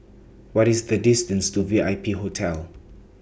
What IS The distance to V I P Hotel